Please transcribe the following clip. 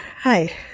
Hi